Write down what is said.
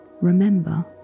remember